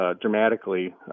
dramatically